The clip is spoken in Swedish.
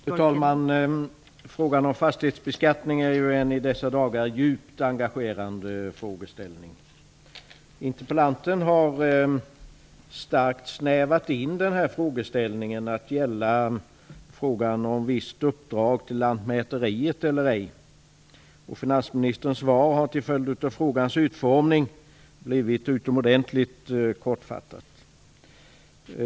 Fru talman! Frågan om fastighetsbeskattning är ju en i dessa dagar djupt engagerande fråga. Interpellanten har starkt snävat in frågeställningen till att gälla frågan om visst uppdrag till Lantmäteriet. Finansministerns svar har till följd av frågans utformning blivit utomordentligt kortfattat.